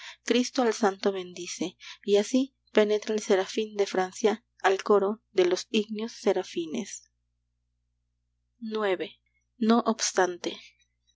cristo al santo bendice y así penetra el serafín de francia al coro de los ígneos serafines ix no obstante